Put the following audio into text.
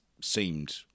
seemed